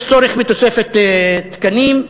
יש צורך בתוספת תקנים,